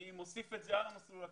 אני מוסיף את זה על המסלול הקיים.